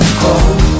cold